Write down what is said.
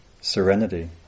serenity